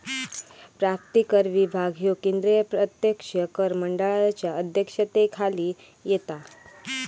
प्राप्तिकर विभाग ह्यो केंद्रीय प्रत्यक्ष कर मंडळाच्या अध्यक्षतेखाली येता